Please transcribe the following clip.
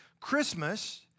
Christmas